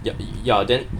y~ ya then